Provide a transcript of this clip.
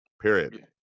period